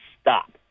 stop